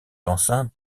enceinte